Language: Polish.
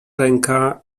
ręka